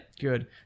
good